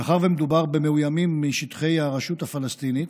מאחר שמדובר במאוימים משטחי הרשות הפלסטינית,